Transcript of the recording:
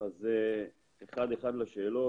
אענה על שאלה-שאלה.